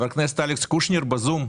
אלכס קושניר בזום,